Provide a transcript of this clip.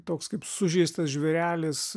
toks kaip sužeistas žvėrelis